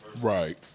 Right